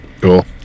Cool